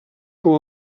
com